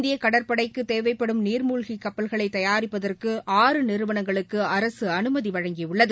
இந்தியகடற்படைக்குதேவைப்படும் நீர்மூழ்கிகப்பல்களைதயாரிப்பதற்கு ஆறு நிறுவனங்களுக்குஅரசுஅனுமதிவழங்கியுள்ளது